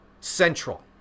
central